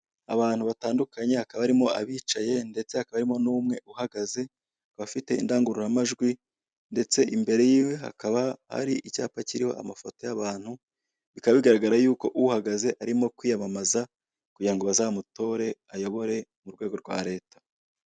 Abantu batandukanye hakaba harimo abicaye ndetse hakaba harimo n'umwe uhagaze, bafite indangururamajwi, ndetse imbere yiwe hakaba hari icyapa kiriho amafoto y'abantu, bikaba bigaragara yuko uhagaze arimo kwiyamamaza kugira ngo bazamutore ayobore urwego rwa leta.